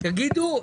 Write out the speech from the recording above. אני אגיד,